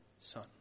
son